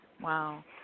Wow